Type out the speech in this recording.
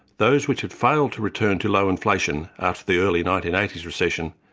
those which had failed to return to low inflation after the early nineteen eighty s recession,